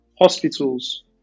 hospitals